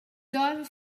diver